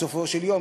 בסופו של יום,